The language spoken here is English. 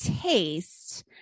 taste